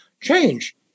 change